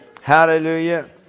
Hallelujah